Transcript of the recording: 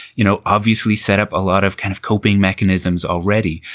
you know, obviously set up a lot of kind of coping mechanisms already.